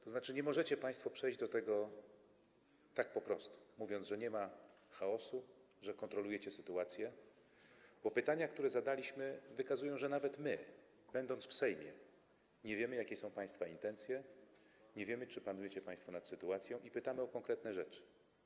To znaczy, nie możecie państwo przejść nad tym tak po prostu, mówiąc, że nie ma chaosu, że kontrolujecie sytuację, bo pytania, które zadaliśmy, wykazują, że nawet my, będąc w Sejmie, nie wiemy, jakie są państwa intencje, nie wiemy, czy panujecie państwo nad sytuacją, i pytamy o konkretne rzeczy.